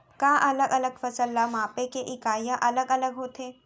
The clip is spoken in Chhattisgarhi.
का अलग अलग फसल ला मापे के इकाइयां अलग अलग होथे?